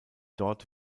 dort